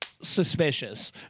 suspicious